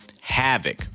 Havoc